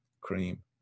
cream